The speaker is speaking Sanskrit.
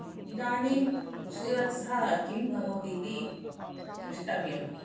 इदानीं श्रीवत्सः किं करोति इति द्रष्टव्यम्